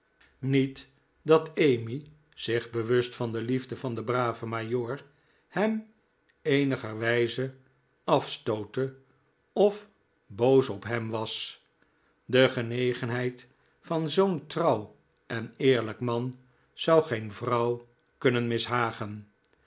niet dat emmy zich bewust van de liefde van den braven majoor hem eenigerwijze afstootte of boos op hem was de genegenheid van zoo'n trouw en eerlijk man zou geen vrouw kunnen mishagen